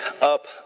up